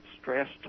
stressed